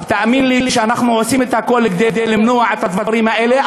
תאמין לי שאנחנו עושים את הכול כדי למנוע את הדברים האלה,